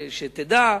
שתדע,